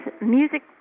music